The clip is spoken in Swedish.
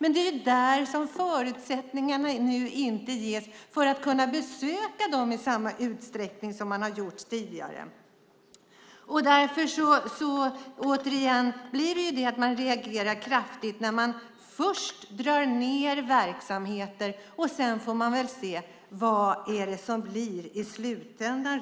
Nu ges inte förutsättningarna att kunna besöka dem i samma utsträckning som tidigare. Jag reagerar kraftigt när man först drar ned verksamheter och sedan får se vad det blir i slutändan.